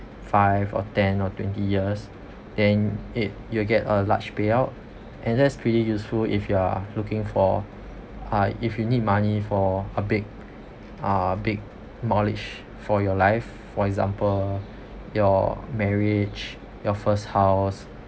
five or ten or twenty years then eh you will get a large payout and that's pretty useful if you are looking for uh if you need money for a big uh big mileage for your life for example your marriage your first house